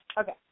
Okay